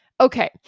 Okay